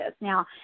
Now